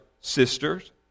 sisters